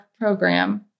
program